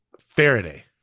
Faraday